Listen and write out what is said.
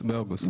באוגוסט.